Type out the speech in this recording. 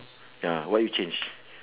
ya what you change